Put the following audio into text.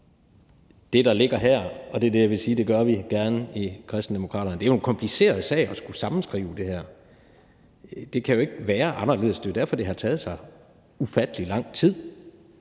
det, der ligger her, og jeg vil sige, at det gør vi gerne i Kristendemokraterne. Det er jo en kompliceret sag at skulle sammenskrive det her. Det kan ikke være anderledes, og det er jo derfor, det har taget så ufattelig lang tid.